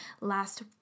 last